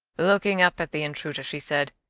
looking up at the intruder she said,